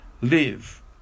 Live